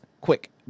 Quick